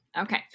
Okay